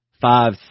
five